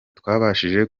twabashije